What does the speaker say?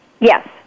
Yes